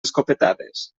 escopetades